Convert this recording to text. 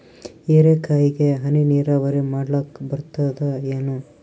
ಹೀರೆಕಾಯಿಗೆ ಹನಿ ನೀರಾವರಿ ಮಾಡ್ಲಿಕ್ ಬರ್ತದ ಏನು?